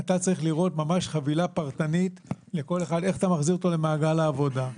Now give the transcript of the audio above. אתה צריך חבילה ממש פרטנית לכל אחד: איך אתה מחזיר אותו למעגל העבודה,